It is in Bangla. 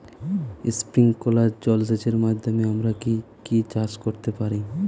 স্প্রিংকলার জলসেচের মাধ্যমে আমরা কি কি চাষ করতে পারি?